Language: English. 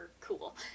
Cool